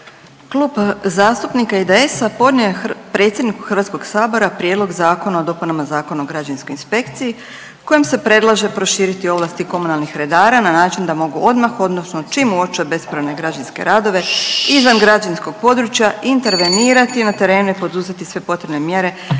Klub zastupnika IDS-a podnio je predsjedniku Hrvatskog sabora Prijedlog zakona o dopunama Zakona o građevinskoj inspekciji kojom se predlaže proširiti ovlasti komunalnih redara na način da mogu odmah, odnosno čim uoče bespravne građevinske radove izvan građevinskog područja intervenirati na terenu i poduzeti sve potrebne mjere